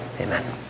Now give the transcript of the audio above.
amen